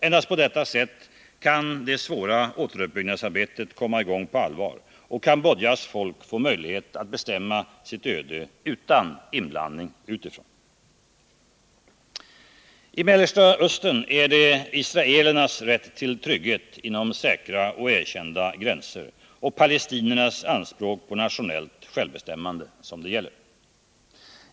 Endast på detta sätt kan det svåra återuppbyggnadsarbetet komma i gång på allvar och Cambodjas folk få möjlighet att bestämma sitt öde utan inblandning utifrån. I Mellanöstern är det israelernas rätt till trygghet inom säkra och erkända gränser och palestiniernas anspråk på nationellt självbestämmande det gäller.